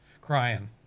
crying